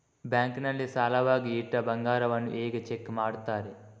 Bank ನಲ್ಲಿ ಸಾಲವಾಗಿ ಇಟ್ಟ ಬಂಗಾರವನ್ನು ಹೇಗೆ ಚೆಕ್ ಮಾಡುತ್ತಾರೆ?